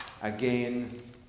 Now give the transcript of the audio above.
again